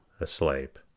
asleep